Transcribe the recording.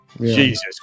Jesus